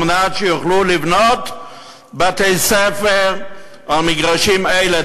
מנת שיוכלו לבנות בתי-ספר על מגרשים אלה,